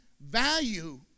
Value